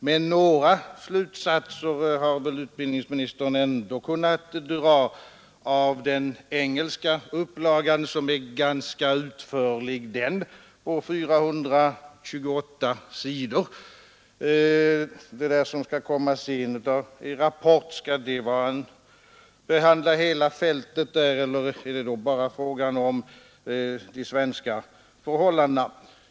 Men några slutsatser har väl utbildningsministern ändå kunnat dra av den engelska upplagan, som bara den är ganska utförlig — på 428 sidor. Skall den rapport som skall komma senare behandla hela fältet eller är det då bara fråga om de svenska förhållandena?